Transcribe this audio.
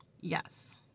Yes